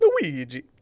Luigi